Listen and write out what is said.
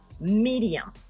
medium